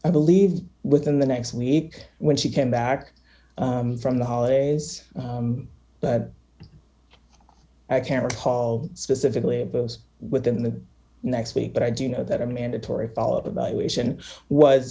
i believe within the next week when she came back from the holidays but i can't recall specifically those within the next week but i do know that a mandatory follow the